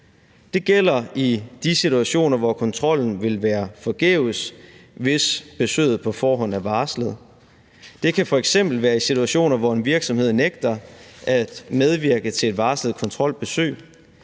Det gælder i de situationer, hvor kontrollen vil være forgæves, hvis besøget på forhånd er varslet. Det kan f.eks. være i situationer, hvor en virksomhed nægter at medvirke til et varslet kontrolbesøg,